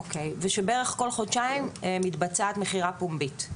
ושבערך כל חודשיים מתבצעת מכירה פומבית.